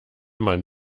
man